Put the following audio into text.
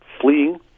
fleeing